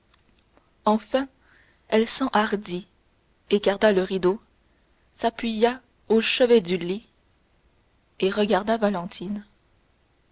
enfin elle s'enhardit écarta le rideau s'appuya au chevet du lit et regarda valentine